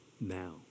now